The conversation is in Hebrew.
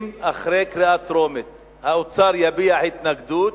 אם אחרי קריאה טרומית האוצר יביע התנגדות,